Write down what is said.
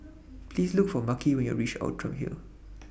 Please Look For Makhi when YOU REACH Outram Hill